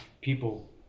people